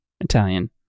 Italian